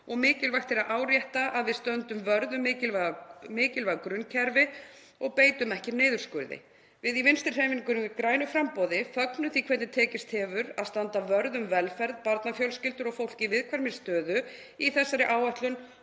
og mikilvægt er að árétta að við stöndum vörð um mikilvæg grunnkerfi og beitum ekki niðurskurði. Við í Vinstrihreyfingunni – grænu framboði fögnum því hvernig tekist hefur að standa vörð um velferð, barnafjölskyldur og fólk í viðkvæmri stöðu í þessari áætlun